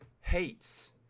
hates